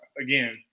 Again